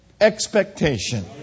expectation